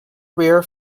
rear